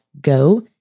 go